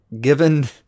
given